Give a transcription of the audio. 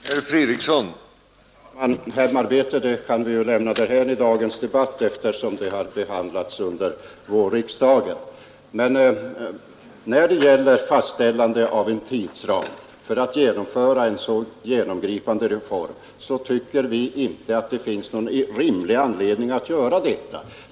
Herr talman! Hemarbetet kan vi väl lämna därhän i dagens debatt, eftersom den frågan diskuterades under vårriksdagen. Vi anser inte att det finns någon rimlig anledning att fastställa en tidsplan för genomförandet av en så här genomgripande reform.